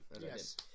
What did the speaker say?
Yes